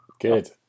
Good